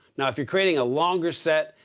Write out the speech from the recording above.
now, if you're creating a longer set,